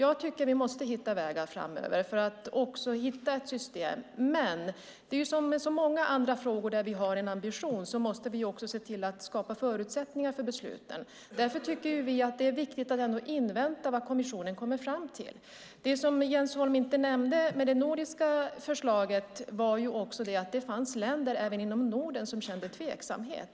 Vi måste hitta vägar, hitta ett system, men som i så många andra frågor där vi har en ambition måste vi skapa förutsättningar för besluten. Därför tycker vi att det är viktigt att invänta vad kommissionen kommer fram till. Det som Jens Holm inte nämnde med det nordiska förslaget var att det fanns länder även inom Norden som kände tveksamhet.